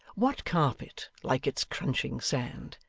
what carpet like its crunching sand,